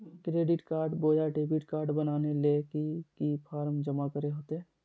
Credit card बोया debit card बनाने ले की की फॉर्म जमा करे होते?